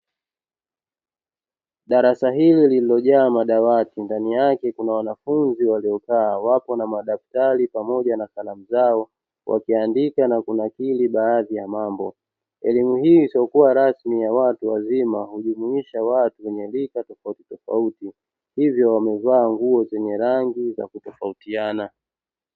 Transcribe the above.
Darasa hili lililojaa madawati, ndani yake kuna wanafunzi waliokaa. Wapo na madaftari pamoja na kalamu zao wakiandika na kunakili baadhi ya mambo. Elimu hii isiyokuwa rasmi ya watu wazima hujumuisha watu wenye rika tofautitofauti, hivyo wamevaa nguo zenye rangi za kutofautiana.